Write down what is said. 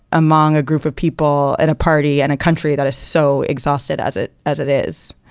among a group of people at a party and a country that is so exhausted as it as it is